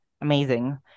Amazing